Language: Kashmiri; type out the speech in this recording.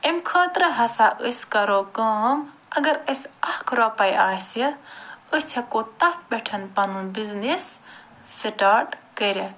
اَمہِ خٲطرٕ ہَسا أسۍ کَرو کٲم اگر اسہِ اَکھ رۄپٔے آسہِ أسۍ ہیٚکو تتھ پٮ۪ٹھ پنُن بِزنیٚس سِٹارٹ کٔرِتھ